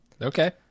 Okay